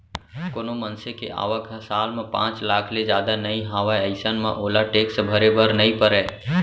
कोनो मनसे के आवक ह साल म पांच लाख ले जादा नइ हावय अइसन म ओला टेक्स भरे बर नइ परय